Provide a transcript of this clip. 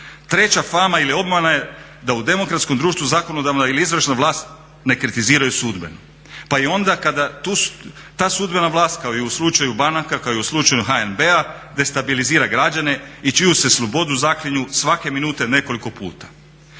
treća fama ili obmana je da u demokratskom društvu zakonodavna ili izvršna vlast ne kritiziraju sudbenu pa i onda kada ta sudbena vlast kao i u slučaju banaka, kao i u slučaju HNB-a destabilizira građane i u čiju se slobodu zaklinju svake minute nekoliko puta.